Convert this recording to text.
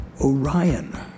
Orion